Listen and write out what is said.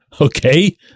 Okay